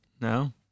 No